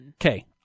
Okay